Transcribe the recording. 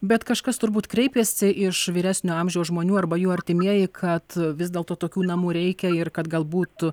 bet kažkas turbūt kreipėsi iš vyresnio amžiaus žmonių arba jų artimieji kad vis dėlto tokių namų reikia ir kad galbūt